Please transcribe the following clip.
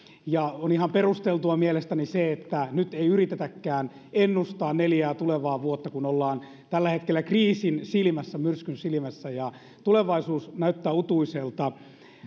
se on ihan perusteltua mielestäni että nyt ei yritetäkään ennustaa neljää tulevaa vuotta kun ollaan tällä hetkellä kriisin silmässä myrskyn silmässä ja tulevaisuus näyttää utuiselta